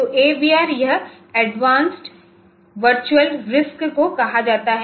तो AVR यह advanced virtual RISC को कहां जाता है